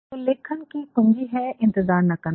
तो लेखन की कुंजी है इंतजार ना करना